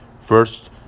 first